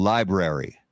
Library